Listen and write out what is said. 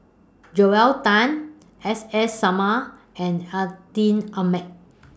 Joel Tan S S Sarma and Atin Amat